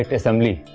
assembly?